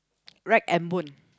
rag and bone